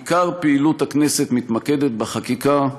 עיקר פעילות הכנסת מתמקדת בחקיקה,